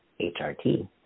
HRT